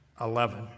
eleven